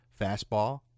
Fastball